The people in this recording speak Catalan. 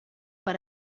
per